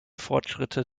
fortschritte